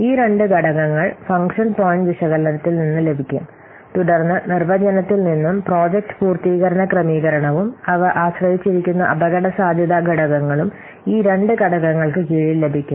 ഈ രണ്ട് ഘടകങ്ങൾ ഫംഗ്ഷൻ പോയിന്റ് വിശകലനത്തിൽ നിന്ന് ലഭിക്കും തുടർന്ന് നിർവചനത്തിൽ നിന്നും പ്രോജക്റ്റ് പൂർത്തീകരണ ക്രമീകരണവും അവ ആശ്രയിച്ചിരിക്കുന്ന അപകടസാധ്യത ഘടകങ്ങളും ഈ രണ്ട് ഘടകങ്ങൾക്ക് കീഴിൽ ലഭിക്കും